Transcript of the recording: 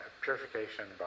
Purification